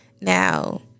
Now